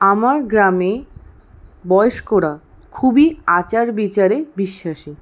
আমার গ্রামে বয়স্করা খুবই আচার বিচারে বিশ্বাসী